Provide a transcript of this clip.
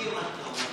במקביל למה שאתה אומר.